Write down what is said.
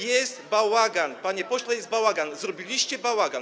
Jest bałagan, panie pośle, jest bałagan, zrobiliście bałagan.